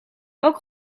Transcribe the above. ook